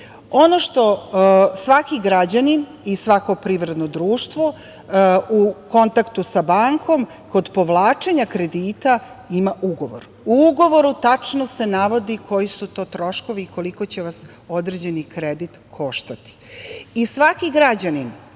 Ono što svaki građanin i svako privredno društvo, u kontaktu sa bankom kod povlačenja kredita ima ugovor. U ugovoru se tačno navodi koji su to troškovi i koliko će vas određeni kredit koštati. Svaki građanin